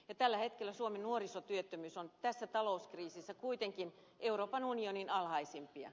tällä hetkellä suomen nuorisotyöttömyys on tässä talouskriisissä kuitenkin euroopan unionin alhaisimpia